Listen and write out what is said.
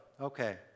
okay